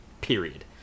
period